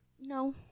No